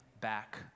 back